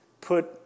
put